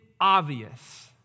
obvious